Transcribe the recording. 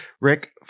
Rick